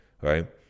right